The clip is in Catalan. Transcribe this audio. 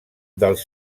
dels